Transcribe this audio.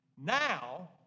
Now